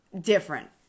different